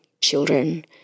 children